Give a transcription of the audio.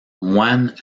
moine